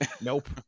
Nope